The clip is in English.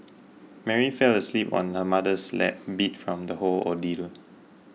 Mary fell asleep on her mother's lap beat from the whole ordeal